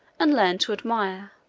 and learn to admire,